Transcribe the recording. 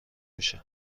میشه